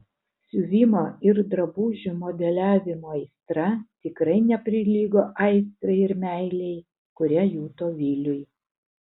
siuvimo ir drabužių modeliavimo aistra tikrai neprilygo aistrai ir meilei kurią juto viliui